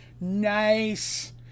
Nice